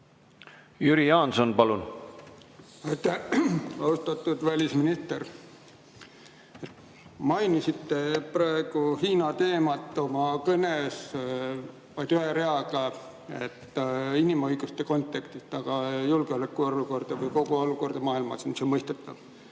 Jüri Jaanson, palun! Aitäh! Austatud välisminister! Mainisite praegu Hiina teemat oma kõnes vaid ühe reaga inimõiguste kontekstis ja julgeolekuolukorda ja kogu olukorda maailmas, mis on mõistetav.